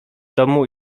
domu